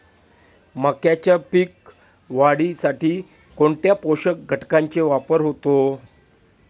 मक्याच्या पीक वाढीसाठी कोणत्या पोषक घटकांचे वापर होतो?